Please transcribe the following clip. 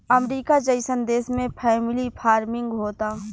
अमरीका जइसन देश में फैमिली फार्मिंग होता